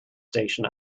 station